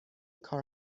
کار